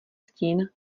stín